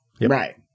Right